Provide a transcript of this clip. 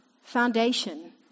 foundation